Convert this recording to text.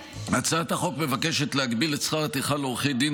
הצעת החוק מבקשת להגביל את שכר הטרחה של עורכי דין